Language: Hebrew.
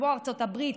כמו ארצות הברית,